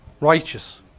righteous